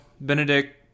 benedict